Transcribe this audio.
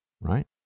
Right